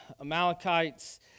Amalekites